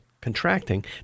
contracting